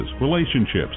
relationships